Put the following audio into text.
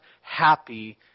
happy